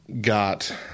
got